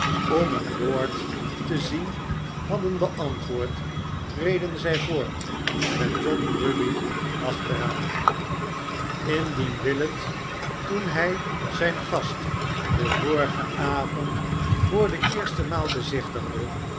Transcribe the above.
om een lord te zien hadden beantwoord reden zij voort met john grueby achteraan indien willet toen hij zijn gast den vorigen avond voor de eerste maal bezichtigde